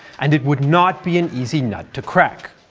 and it would not be an easy nut to crack.